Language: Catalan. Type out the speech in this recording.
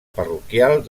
parroquial